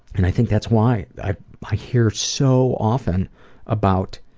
and i think that's why i i hear so often about